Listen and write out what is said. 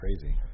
Crazy